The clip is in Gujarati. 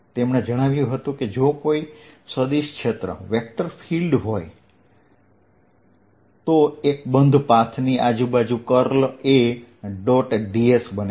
તેમણે જણાવ્યું હતું કે જો ત્યાં કોઈ સદિશ ક્ષેત્ર A હોય તો એક બંધ પાથ ની આજુબાજુ કર્લ A ડોટ ds બનશે